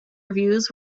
reviews